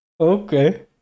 okay